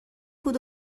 بود